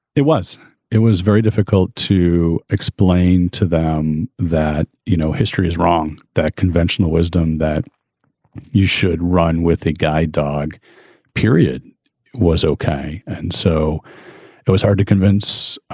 it was it was very difficult to. explain to them that, you know, history is wrong, that conventional wisdom that you should run with a guide dog period was ok, and so it was hard to convince.